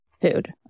food